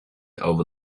over